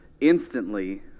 Instantly